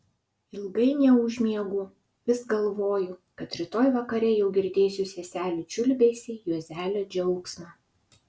ilgai neužmiegu vis galvoju kad rytoj vakare jau girdėsiu seselių čiulbesį juozelio džiaugsmą